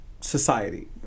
society